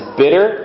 bitter